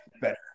better